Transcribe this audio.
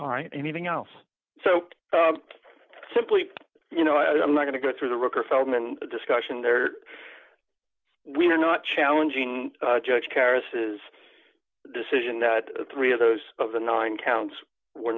all right anything else so simply you know i'm not going to go through the record feldman discussion there we are not challenging judge charisse is decision that three of those of the nine counts were